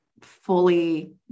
fully